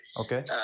okay